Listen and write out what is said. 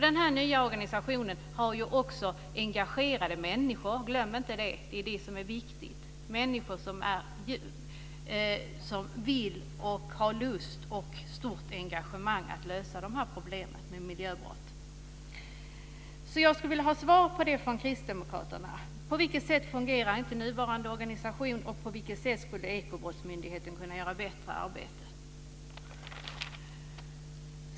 Den här nya organisationen har också engagerade människor; glöm inte det. Det är det som är viktigt - människor som vill, har lust och har ett stort engagemang för att lösa problemen med miljöbrott. Jag skulle vilja ha svar på detta från kristdemokraterna: På vilket sätt fungerar inte nuvarande organisation? På vilket sätt skulle Ekobrottsmyndigheten kunna göra ett bättre arbete?